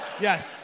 Yes